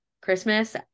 christmas